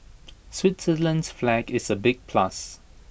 Switzerland's flag is A big plus